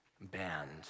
band